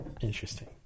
Interesting